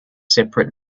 separate